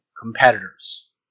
competitors